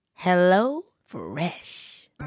HelloFresh